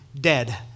dead